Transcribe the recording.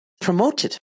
promoted